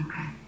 Okay